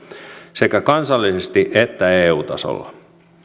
sekä kansallisesti että eu tasolla